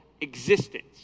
existence